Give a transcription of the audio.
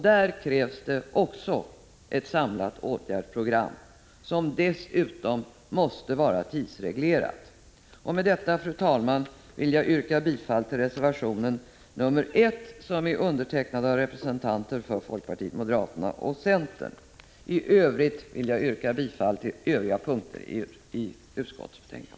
Där krävs det ett samlat åtgärdsprogram, som dessutom måste vara tidsreglerat. Med detta, fru talman, yrkar jag bifall till reservation 1 från representanter för folkpartiet, moderaterna och centern och i övrigt bifall till utskottets hemställan.